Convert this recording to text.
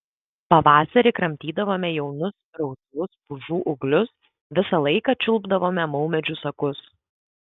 pavasarį kramtydavome jaunus rausvus pušų ūglius visą laiką čiulpdavome maumedžių sakus